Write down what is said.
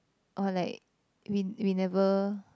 or like we we never